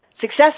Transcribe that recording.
success